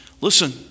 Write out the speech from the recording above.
listen